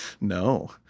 No